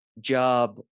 Job